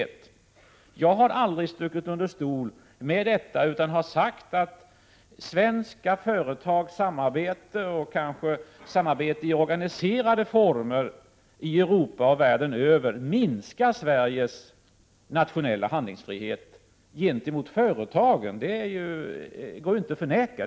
Att så kan bli fallet har jag aldrig stuckit under stol med, utan jag har sagt att svenska företags samarbete, och kanske samarbete i organiserade former, i Europa och världen över minskar Sveriges nationella handlingsfrihet gentemot företagen. Detta går inte att förneka.